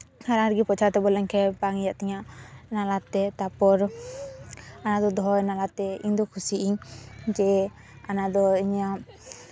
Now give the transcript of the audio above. ᱚᱱᱟᱨᱮ ᱯᱳᱪᱷᱟᱣ ᱠᱟᱛᱮ ᱵᱚᱞᱚ ᱞᱮᱱᱠᱷᱟᱱ ᱵᱟᱝ ᱤᱭᱟᱹᱜ ᱛᱤᱧᱟᱹ ᱡᱟᱸᱜᱟᱛᱮ ᱛᱟᱨᱯᱚᱨ ᱚᱱᱟ ᱠᱚ ᱫᱚᱦᱚ ᱵᱟᱲᱟ ᱠᱟᱛᱮ ᱤᱧ ᱫᱚ ᱠᱷᱩᱥᱤᱜ ᱤᱧ ᱡᱮ ᱚᱱᱟ ᱫᱚ ᱤᱧᱟᱹᱜ